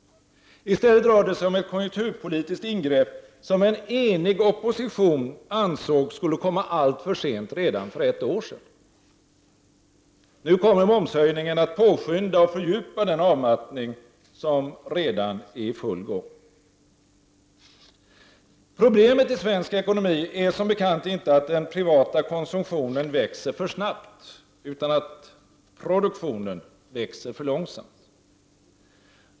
I stället rör det sig om ett konjunkturpolitiskt ingrepp, som en enig opposition ansåg skulle komma alltför sent redan för ett år sedan. Nu kommer momshöjningen att påskynda och fördjupa den avmattning som redan är i full gång. Problemet i svensk ekonomi är som bekant inte att den privata konsumtionen växer för snabbt, utan att produktionen växer för långsamt.